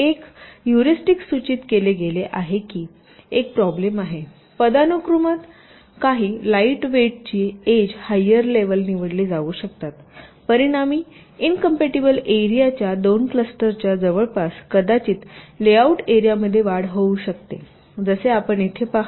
एक ह्युरीस्टिक्ट सूचित केले गेले आहे की एक प्रॉब्लेम आहे पदानुक्रमात काही लाइटवेटची एज हायर लेवल निवडली जाऊ शकतातपरिणामी इनकॉम्पिटिबल एरियाच्या दोन क्लस्टर्सच्या जवळपास कदाचित लेआउट एरियामध्ये वाढ होऊ शकते जसे आपण येथे पहा